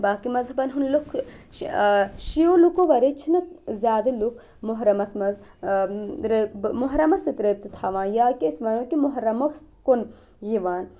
باقٕے مَذہَبَن ہُنٛد لُکھ شِیِو لُکو وَرٲے چھِنہٕ زیادٕ لُکھ محرمَس منٛز محرمَس سۭتۍ رٲبطہٕ تھَوان یا کہ أسۍ وَنو کہ محرمَس کُن یِوان